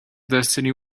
destiny